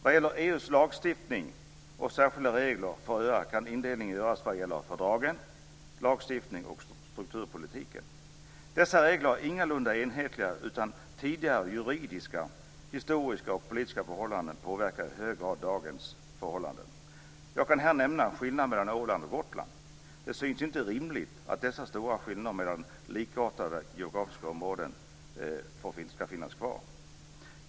Vad gäller EU:s lagstiftning och särskilda regler för öar kan en indelning göras vad gäller fördrag, lagstiftning och strukturpolitik. Dessa regler är ingalunda enhetliga, utan tidigare juridiska, historiska och politiska förhållanden påverkar i hög grad dagens förhållanden. Jag kan här nämna skillnaderna mellan Åland och Gotland. Det syns inte rimligt att dessa stora skillnader mellan likartade geografiska områden skall finnas kvar.